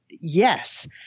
yes